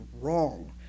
wrong